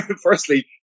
firstly